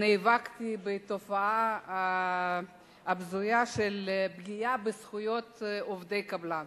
נאבקתי בתופעה הבזויה של פגיעה בזכויות עובדי קבלן,